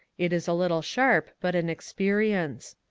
it is a little sharp, but an experience.